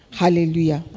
Hallelujah